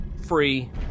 free